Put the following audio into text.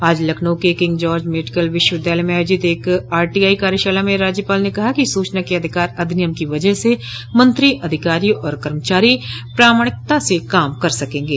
आज लखनऊ के King George medical विश्वविद्यालय में आयोजित एक आरटीआई कार्यशाला में राज्यपाल ने कहा कि सूचना के अधिकार अधिनियम की वजह से मंत्री अधिकारी और कर्मचारी प्रमाणिकता से काम कर सकेंगे